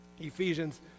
Ephesians